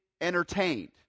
entertained